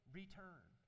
return